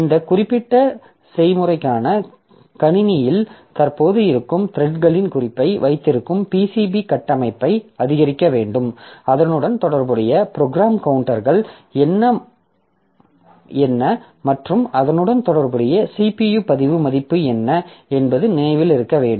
இந்த குறிப்பிட்ட செயல்முறைக்கான கணினியில் தற்போது இருக்கும் த்ரெட்களின் குறிப்பை வைத்திருக்கும் PCB கட்டமைப்பை அதிகரிக்க வேண்டும் அதனுடன் தொடர்புடைய ப்ரோக்ராம் கவுண்டர்கள் என்ன மற்றும் அதனுடன் தொடர்புடைய CPU பதிவு மதிப்பு என்ன என்பது நினைவில் இருக்க வேண்டும்